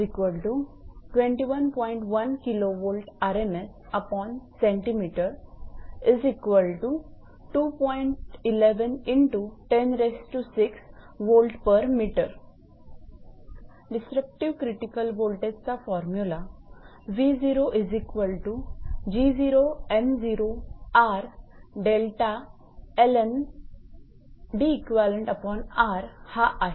disruptive critical voltage चा formula 𝑉0 हा आहे